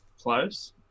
close